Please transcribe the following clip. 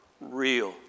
real